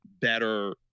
better